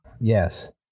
Yes